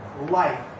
life